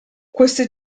queste